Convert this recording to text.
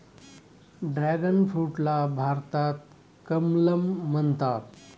dragon फ्रूटला भारतात कमलम म्हणतात